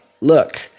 look